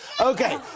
Okay